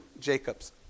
Jacob's